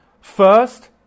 First